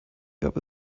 gab